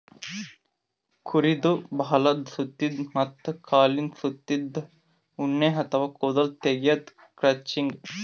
ಕುರಿದ್ ಬಾಲದ್ ಸುತ್ತಿನ್ದ ಮತ್ತ್ ಕಾಲಿಂದ್ ಸುತ್ತಿನ್ದ ಉಣ್ಣಿ ಅಥವಾ ಕೂದಲ್ ತೆಗ್ಯದೆ ಕ್ರಚಿಂಗ್